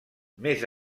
més